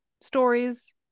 stories